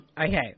Okay